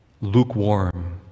lukewarm